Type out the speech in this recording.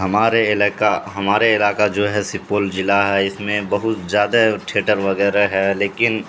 ہمارے علاقہ ہمارے علاقہ جو ہے سپول جلع ہے اس میں بہت زیادہ ٹھیٹر وغیرہ ہے لیکن